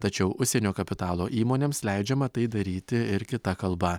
tačiau užsienio kapitalo įmonėms leidžiama tai daryti ir kita kalba